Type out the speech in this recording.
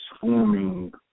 forming